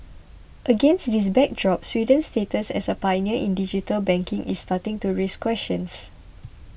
against this backdrop Sweden's status as a pioneer in digital banking is starting to raise questions